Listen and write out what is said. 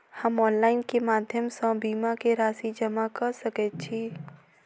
हम ऑनलाइन केँ माध्यम सँ बीमा केँ राशि जमा कऽ सकैत छी?